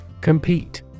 Compete